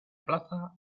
plaza